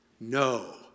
No